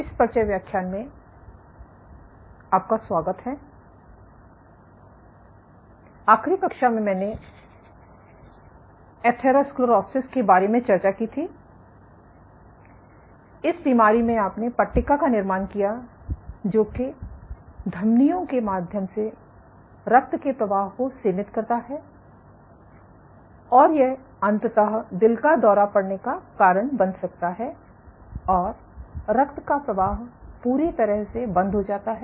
इस बीमारी में आपने पट्टिका का निर्माण किया जो कि धमनियों के माध्यम से रक्त के प्रवाह को सीमित करता है और ये अंततः दिल का दौरा पड़ने का कारण बन सकता है और रक्त का प्रवाह पूरी तरह से बंद हो जाता है